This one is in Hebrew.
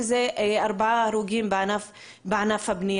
ויש ארבעה הרוגים בענף הבנייה.